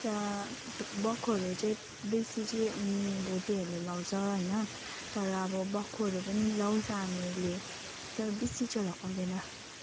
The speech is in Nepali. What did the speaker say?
त बक्खुहरू चाहिँ बेसी चाहिँ भोटेहरूले लाउँछ होइन तर अब बक्खुहरू पनि लाउँछ हामीले तर बेसी चाहिँ लगाउँदैन